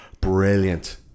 Brilliant